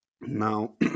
Now